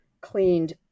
cleaned